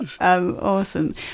Awesome